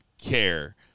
care